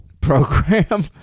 program